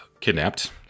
kidnapped